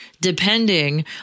depending